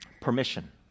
permission